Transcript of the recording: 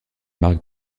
marque